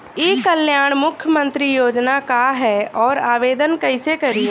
ई कल्याण मुख्यमंत्री योजना का है और आवेदन कईसे करी?